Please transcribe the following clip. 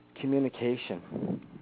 Communication